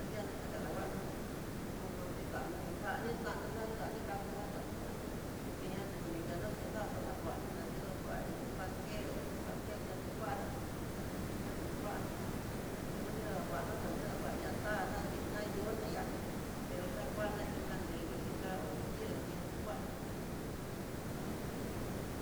Tidiano xakadanguana xun, xoxonixanoi xanixanoná ya'á ni kakuna xa ni xanona, tiña tu ni kenna ciudad xadakuana, nayinokuano iin panque o iin pastel ña tukuna, ña tu kuana xu hunidakuana xanidakua ña ta'ana diiná yoona yá, pero xakuana inkanreyu inka ho inkila tuti kuana.